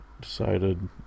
decided